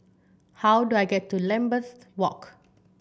how do I get to Lambeth Walk